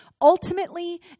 ultimately